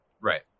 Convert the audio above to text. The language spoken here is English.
Right